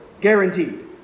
guaranteed